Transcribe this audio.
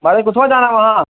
म्हाराज कुत्थें जाना महां